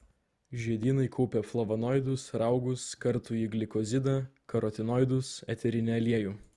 žiedynai kaupia flavonoidus raugus kartųjį glikozidą karotinoidus eterinį aliejų